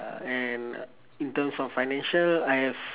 uh and in terms of financial I have